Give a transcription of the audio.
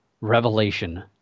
Revelation